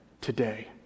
today